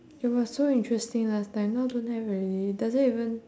it was so interesting last time now don't have already it doesn't even